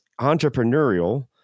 entrepreneurial